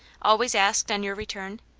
always asked, on your return,